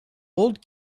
old